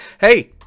Hey